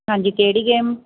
ਹਾਂਜੀ ਕਿਹੜੀ ਗੇਮ